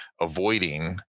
avoiding